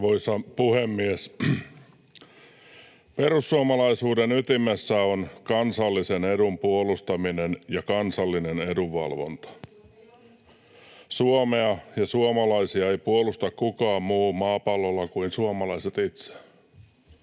Arvoisa puhemies! Perussuomalaisuuden ytimessä on kansallisen edun puolustaminen ja kansallinen edunvalvonta. Suomea ja suomalaisia ei puolusta kukaan muu maapallolla kuin suomalaiset itse.